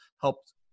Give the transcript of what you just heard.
helped